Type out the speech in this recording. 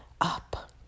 up